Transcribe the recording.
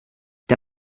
der